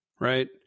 Right